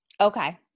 Okay